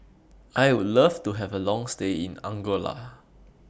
I Would Love to Have A Long stay in Angola